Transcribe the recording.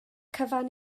cyfan